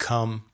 Come